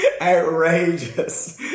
outrageous